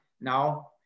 now